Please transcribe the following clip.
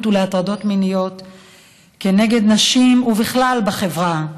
ולהטרדות מיניות כנגד נשים ובכלל בחברה,